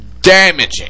damaging